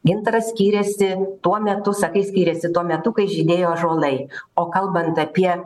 gintaras skyrėsi tuo metu sakai skyrėsi tuo metu kai žydėjo ąžuolai o kalbant apie